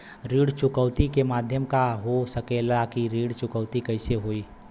ऋण चुकौती के माध्यम का हो सकेला कि ऋण चुकौती कईसे होई?